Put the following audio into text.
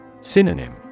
Synonym